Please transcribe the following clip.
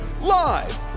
live